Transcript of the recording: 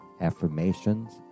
affirmations